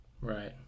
Right